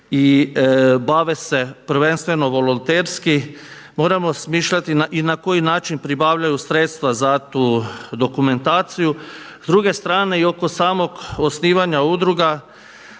i bave se prvenstveno volonterski moramo smišljati i na koji način pribavljaju sredstva za tu dokumentaciju. S druge strane i oko samog osnivanja udruga